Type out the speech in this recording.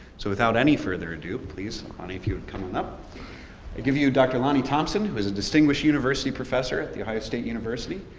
so without any further adieu, please lonnie if you would come on up. i give you dr. lonnie thompson, who is a distinguished university professor at the ohio state university.